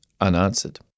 unanswered